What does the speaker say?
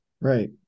Right